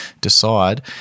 decide